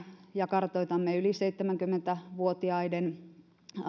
ja kartoitamme yli seitsemänkymmentä vuotiaiden